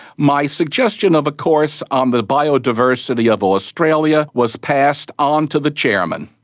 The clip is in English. my suggestion of a course on the biodiversity of australia was passed on to the chairman.